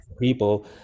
people